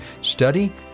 Study